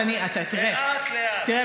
תראה,